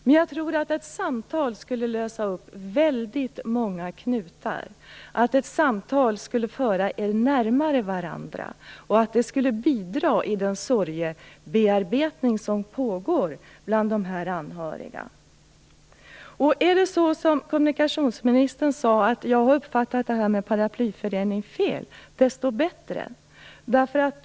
Men jag tror att ett samtal skulle lösa upp väldigt många knutar. Jag tror att ett samtal skulle föra er närmare varandra och att det skulle bidra i den sorgebearbetning som pågår hos dessa anhöriga. Är det så som kommunikationsministern sade, att jag har uppfattat detta med paraplyföreningar fel är det ju ännu bättre.